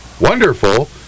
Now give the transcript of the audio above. Wonderful